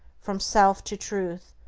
from self to truth,